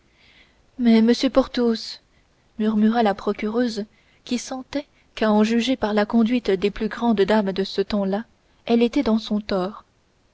mais monsieur porthos murmura la procureuse qui sentait qu'à en juger par la conduite des plus grandes dames de ce tempslà elle était dans son tort